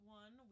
one